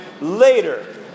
later